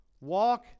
Walk